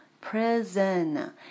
prison